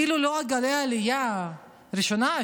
אילולא גלי העלייה הראשונה,